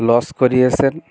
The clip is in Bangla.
লস করিয়েছেন